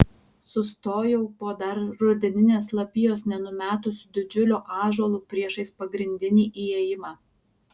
sustojau po dar rudeninės lapijos nenumetusiu didžiuliu ąžuolu priešais pagrindinį įėjimą